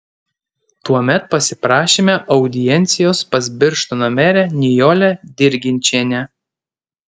tuomet pasiprašėme audiencijos pas birštono merę nijolę dirginčienę